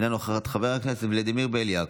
אינה נוכחת, חבר הכנסת ולדימיר בליאק,